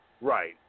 Right